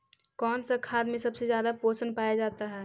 कौन सा खाद मे सबसे ज्यादा पोषण पाया जाता है?